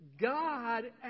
God